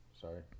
Sorry